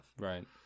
right